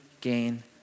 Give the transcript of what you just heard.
gain